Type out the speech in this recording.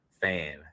fan